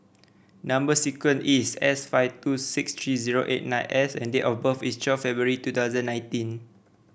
number sequence is S five two six three zero eight nine S and date of birth is twelve February two thousand nineteen